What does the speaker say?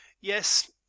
Yes